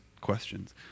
questions